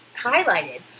highlighted